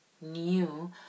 new